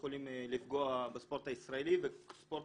לא יכולים לפגוע בספורט הישראלי והספורט